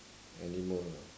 animal ah